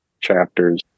chapters